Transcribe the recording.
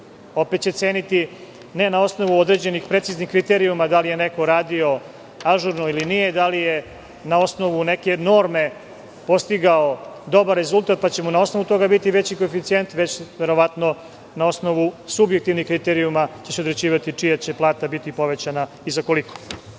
Opet će ceniti ne na osnovu određenih preciznih kriterijuma da li je neko radio ažurno ili nije, da li je na osnovu neke norme postigao dobar rezultat, pa će mu na osnovu toga biti veći koeficijent već verovatno na osnovu subjektivnih kriterijuma će se određivati čija će plata biti povećana i za koliko. Druga